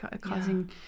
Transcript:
causing